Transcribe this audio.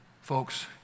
Folks